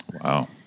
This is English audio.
Wow